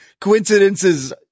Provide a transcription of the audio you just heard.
coincidences